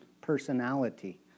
personality